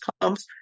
comes